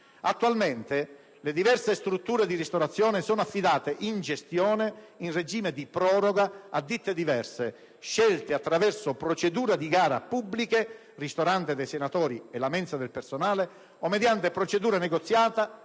Attualmente le diverse strutture di ristorazione sono affidate in gestione - in regime di proroga - a ditte diverse, scelte attraverso procedure di gara pubbliche (ristorante dei senatori e mensa del personale) o mediante procedura negoziata